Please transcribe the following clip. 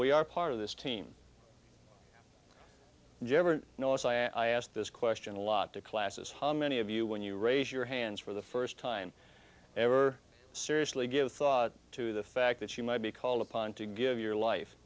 we are part of this team jever notice i asked this question a lot to classes how many of you when you raise your hands for the first time ever seriously give thought to the fact that you might be called upon to give your life